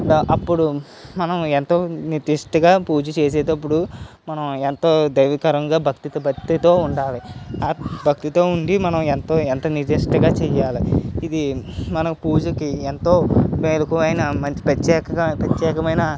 అప్పుడు మనం ఎంతో నిష్ఠగా పూజ చేసేటప్పుడు మనం ఎంతో దైవీకంగా భక్తితో ఉండాలి ఆ భక్తితో ఉండి మనం ఎంతో ఎంతో నిష్ఠగా చేయాలి ఇది మనం పూజకి ఎంతో మెలుకువైన ఎంతో మంచి ప్రత్యేక ప్రత్యేకమైన